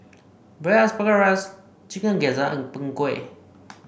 Braised Asparagus Chicken Gizzard and Png Kueh